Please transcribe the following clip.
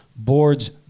boards